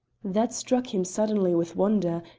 that struck him suddenly with wonder,